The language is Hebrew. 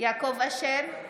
יעקב אשר,